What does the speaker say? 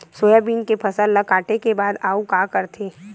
Soybean के फसल ल काटे के बाद आऊ का करथे?